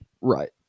Right